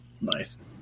Nice